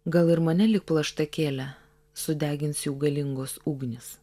gal ir mane lyg plaštakėlę sudegins jų galingos ugnys